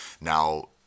Now